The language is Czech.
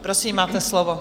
Prosím, máte slovo.